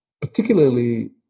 particularly